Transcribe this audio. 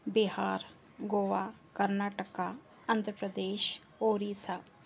Bihar Goa Karnataka Andhra Pradesh Orissa